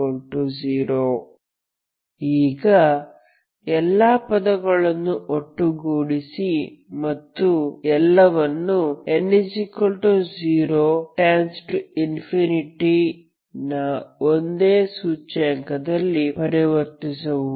Cn1xnkn0Cnxnk0 ಈಗ ಎಲ್ಲಾ ಪದಗಳನ್ನು ಒಟ್ಟುಗೂಡಿಸಿ ಮತ್ತು ಎಲ್ಲವನ್ನೂ n0→∞ ನ ಒಂದೇ ಸೂಚ್ಯಂಕದಲ್ಲಿ ಪರಿವರ್ತಿಸುವುದು